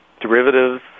derivatives